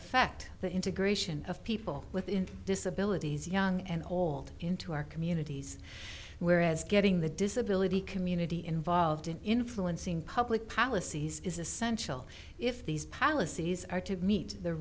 affect the integration of people within disability young and old into our communities whereas getting the disability community involved in influencing public policies is essential if these policies are to meet the